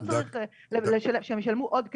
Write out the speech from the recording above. לא צריך שהם ישלמו עוד כסף.